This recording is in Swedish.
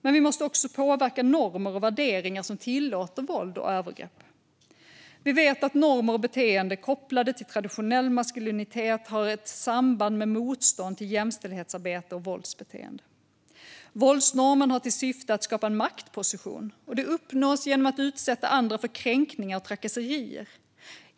Men vi måste också påverka normer och värderingar som tillåter våld och övergrepp. Vi vet att normer och beteenden kopplade till traditionell maskulinitet har ett samband med motstånd mot jämställdhetsarbete och med våldsbeteende. Våldsnormen har till syfte att skapa en maktposition, och den uppnås genom att utsätta andra för kränkningar och trakasserier.